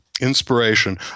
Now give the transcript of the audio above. inspiration